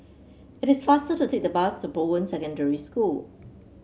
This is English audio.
it is faster to take the bus to Bowen Secondary School